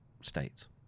states